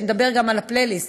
ונדבר גם על הפלייליסט,